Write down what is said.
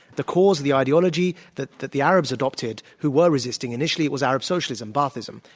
the cause of the ideology that that the arabs adopted, who were resisting initially, was arab socialism, baathism.